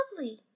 lovely